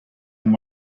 and